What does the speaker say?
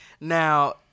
Now